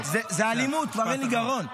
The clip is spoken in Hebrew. זו אלימות, כבר אין לי גרון.